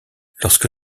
lorsque